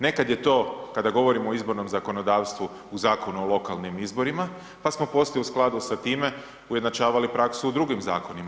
Nekad je to kada govorimo o izbornom zakonodavstvu u Zakonu o lokalnim izborima pa smo poslije u skladu sa time ujednačavali praksu u drugim zakonima.